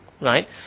right